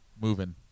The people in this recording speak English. moving